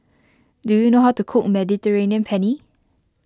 do you know how to cook Mediterranean Penne